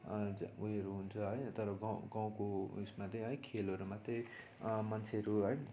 उयोहरू हुन्छ है तर गाउँ गाउँको उयसमा त है खेलहरूमा त मान्छेहरू है